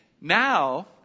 Now